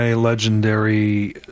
legendary